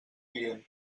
client